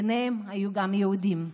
וביניהם היו גם יהודים.